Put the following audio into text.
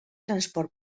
transport